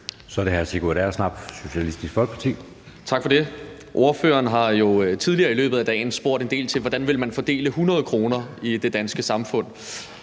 Så er det hr. Sigurd Agersnap, Socialistisk Folkeparti. Kl. 19:47 Sigurd Agersnap (SF): Tak for det. Ordføreren har jo tidligere i løbet af dagen spurgt en del til, hvordan man vil fordele 100 kr. i det danske samfund.